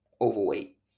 overweight